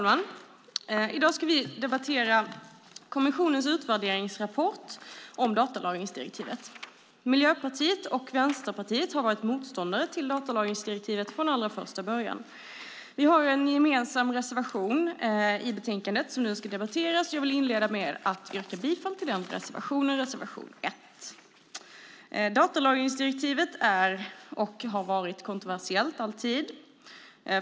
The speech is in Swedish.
Herr talman! Vi ska i dag debattera kommissionens utvärderingsrapport om datalagringsdirektivet. Miljöpartiet och Vänsterpartiet har varit motståndare till datalagringsdirektivet från allra första början. Vi har en gemensam reservation i betänkandet som nu ska debatteras, och jag vill inleda med att yrka bifall till den reservationen, reservation 1. Datalagringsdirektivet är och har alltid varit kontroversiellt.